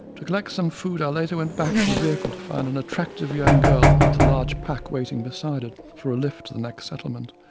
to collect some food, i later went back to the vehicle to find an attractive young girl, with large pack, waiting beside it, for a lift to the next settlement.